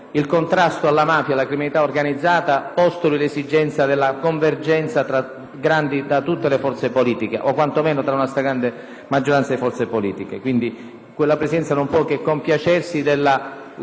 di tutte le forze politiche o, quantomeno, di una stragrande maggioranza di forze politiche. La Presidenza non può che compiacersi della quasi unanimità di tale voto*.